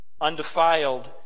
undefiled